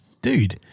dude